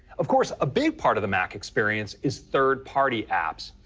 of course, a big part of the mac experience is third-party apps,